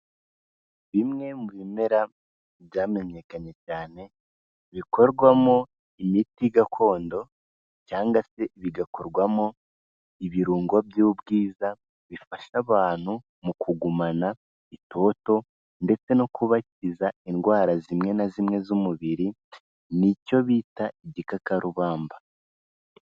Bimwe mu bimera byamenyekanye cyane, bikorwamo imiti gakondo, cyangwa se bigakorwamo ibirungo by'ubwiza, bifasha abantu mu kugumana itoto ndetse no kubakiza indwara zimwe na zimwe z'umubiri, nicyo bita igikakarubamba.